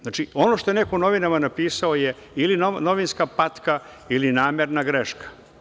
Znači, ono što je neko u novinama napisao je ili novinska patka ili namerna greška.